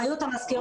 לא קשור